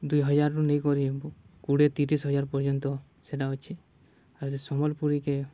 ଦୁଇ ହଜାର୍ରୁ ନେଇକରି କୋଡ଼ିଏ ତିରିଶ ହଜାର୍ ପର୍ଯ୍ୟନ୍ତ ସେଟା ଅଛେ ଆର୍ ସମ୍ବଲ୍ପୁରୀକେ